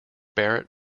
barrett